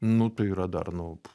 nu tai yra dar nu